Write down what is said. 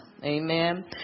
Amen